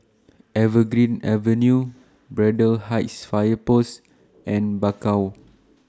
Evergreen Avenue Braddell Heights Fire Post and Bakau